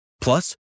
Plus